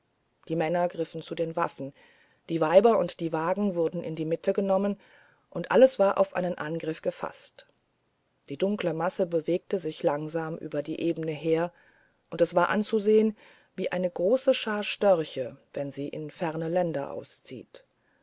die männer griffen zu den waffen die weiber und die waren wurden in die mitte genommen und alles war auf einen angriff gefaßt die dunkle masse bewegte sich langsam über die ebene her und war anzusehen wie eine große schar störche wenn sie in ferne länder ausziehen